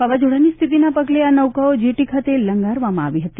વાવાઝોડાની સ્થિતિના પગલે આ નૌકાઓ જેટી ખાતે લંગારવામાં આવી હતી